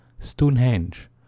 Stonehenge